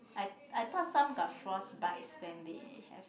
I I thought some got frost bites when they have